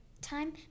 time